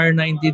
R90